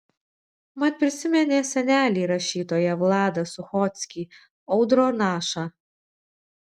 mat prisiminė senelį rašytoją vladą suchockį audronašą